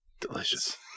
Delicious